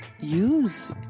use